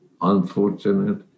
Unfortunate